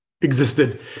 existed